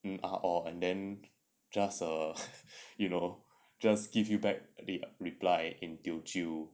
um ah orh and then just err you know just give you back the reply in teochew